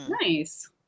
Nice